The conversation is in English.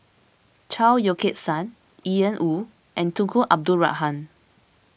Chao Yoke San Ian Woo and Tunku Abdul Rahman